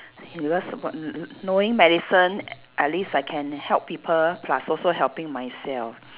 because what n~ n~ knowing medicine a~ at least I can help people plus also helping myself